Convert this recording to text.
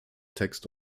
text